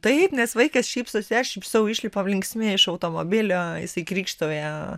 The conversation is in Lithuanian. taip nes vaikas šypsosi aš sau išlipam linksmi iš automobilio jisai krykštauja